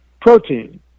protein